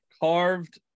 carved